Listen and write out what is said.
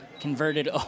converted